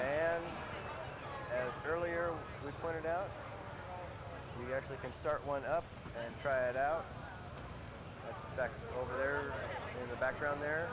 earlier pointed out we actually can start one up and try it out over there in the background there